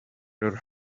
your